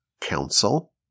council